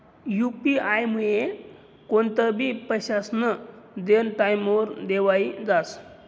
UP आयमुये कोणतंबी पैसास्नं देनं टाईमवर देवाई जास